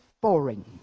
boring